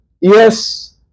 yes